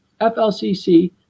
FLCC